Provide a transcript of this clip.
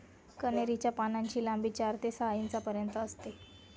कन्हेरी च्या पानांची लांबी चार ते सहा इंचापर्यंत असते